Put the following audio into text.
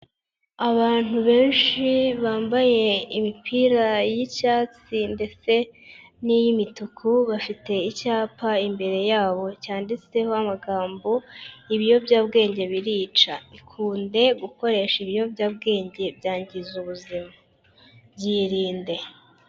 Abantu benshi bambaye imipira y'icyatsi ndetse n'iy'imituku bafite icyapa imbere yabo cyanditseho amagambo ibiyobyabwenge birica ikunde gukoresha ibiyobyabwenge byangiza ubuzima byirinde.